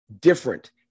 different